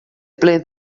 ple